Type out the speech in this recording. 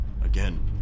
Again